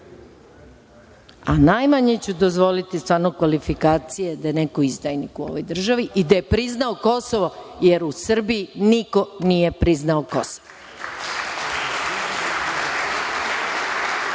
a najmanje ću dozvoliti, stvarno, kvalifikacije da je neko izdajnik u ovoj državi i da je priznao Kosovo, jer u Srbiji niko nije priznao Kosovo.(Boško